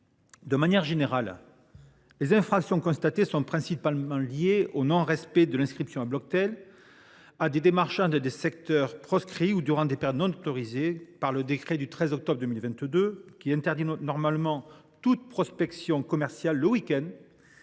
De manière générale, les infractions constatées sont principalement liées au non respect de l’inscription sur Bloctel, à des démarchages dans des secteurs proscrits ou durant des périodes non autorisées par le décret du 13 octobre 2022, qui interdit toute prospection commerciale le week end